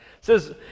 says